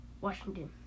Washington